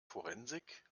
forensik